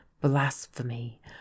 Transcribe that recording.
blasphemy